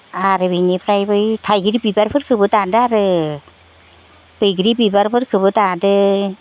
आरो बिनिफ्राय बै थाइगिर बिबारफोरखोबो दादो आरो बैग्रि बिबारफोरखोबो दादो